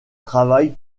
travaille